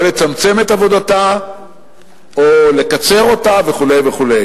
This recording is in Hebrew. או לצמצם את עבודתה או לקצר אותה וכו'.